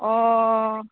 অঁ